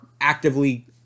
actively